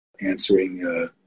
answering